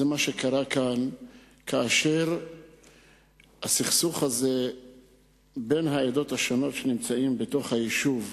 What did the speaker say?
זה מה שקרה כאן כאשר הסכסוך הזה בין העדות השונות בתוך היישוב גלש,